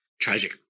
Tragic